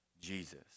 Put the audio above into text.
Jesus